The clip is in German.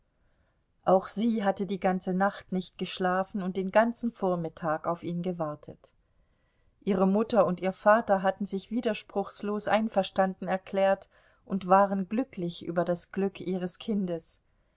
auch sie hatte die ganze nacht nicht geschlafen und den ganzen vormittag auf ihn gewartet ihre mutter und ihr vater hatten sich widerspruchslos einverstanden erklärt und waren glücklich über das glück ihres kindes